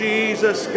Jesus